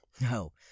no